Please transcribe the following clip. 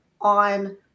on